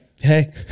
Hey